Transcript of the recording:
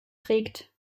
trägt